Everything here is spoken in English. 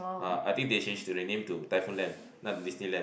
ah I think they should change the name to typhoon land not Disneyland